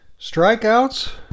Strikeouts